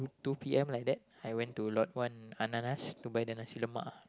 two p_m like that I went to Lot-One Ananas to buy the Nasi-Lemak